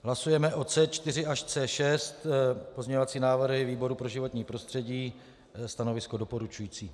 Hlasujeme o C4 až C6, pozměňovací návrhy výboru pro životní prostředí, stanovisko doporučující.